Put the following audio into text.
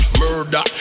murder